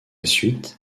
suite